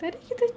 tadi kita